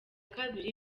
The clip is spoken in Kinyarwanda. kabiri